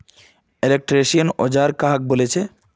Electrician औजार कहाक बोले छे?